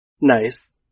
nice